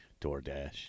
DoorDash